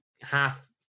half